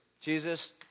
Jesus